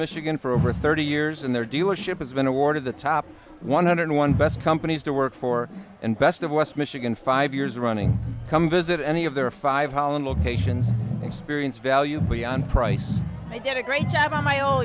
michigan for over thirty years and their dealership has been awarded the top one hundred one best companies to work for and best of west michigan five years running come visit any of their five holland locations experience value beyond price they did a great job on my own